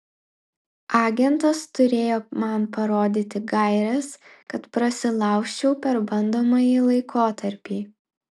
agentas turėjo man parodyti gaires kad prasilaužčiau per bandomąjį laikotarpį